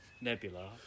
nebula